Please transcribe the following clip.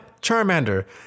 Charmander